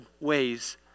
ways